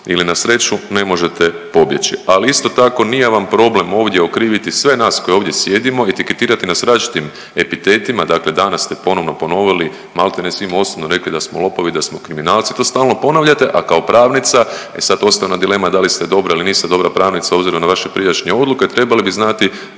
ili na sreću ne možete pobjeći. Ali isto tako nije vam problem ovdje okriviti sve nas koji ovdje sjedimo i etiketirati nas različitim epitetima, dakle danas ste ponovo ponovili maltene svim osobno rekli da smo lopovi da smo kriminalci to stalno ponavljate, a kao pravnica e sad ostaje ona dilema da li ste dobra ili niste dobra pravnica obzirom na vaše prijašnje odluke trebali bi znati